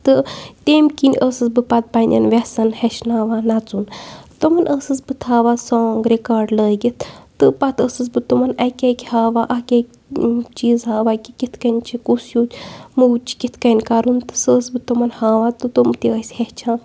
تہٕ تَمہِ کِنۍ ٲسٕس بہٕ پَتہٕ پنٛنٮ۪ن وٮ۪سَن ہیٚچھناوان نَژُن تِمَن ٲسٕس بہٕ تھاوان سانٛگ رِکاڈ لٲگِتھ تہٕ پَتہٕ ٲسٕس بہٕ تِمَن اَکہِ اَکہِ ہاوان اَکہِ اَکہِ چیٖز ہاوان کہِ کِتھ کٔنۍ چھِ کُس ہیوٗ موٗ چھِ کِتھ کٔنۍ کَرُن تہٕ سۄ ٲسٕس بہٕ تِمَن ہاوان تہٕ تِم تہِ ٲسۍ ہیٚچھان